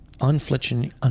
unflinching